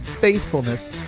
faithfulness